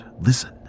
Listen